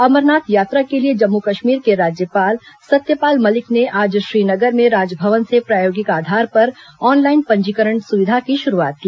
अमरनाथ यात्रा के लिए जम्मू कश्मीर के राज्यपाल सत्यपाल मलिक ने आज श्रीनगर में राजभवन से प्रायोगिक आधार पर ऑनलाइन पंजीकरण सुविधा की शुरूआत की